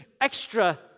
extra